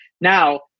Now